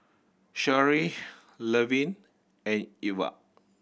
Sharee Levin and Irva